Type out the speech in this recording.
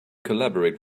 collaborate